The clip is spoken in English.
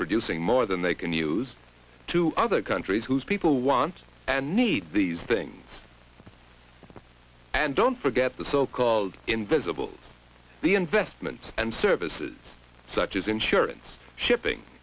producing more than they can use to other countries whose people want and need these things and don't forget the so called invisible the investments and services such as insurance shipping